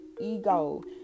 ego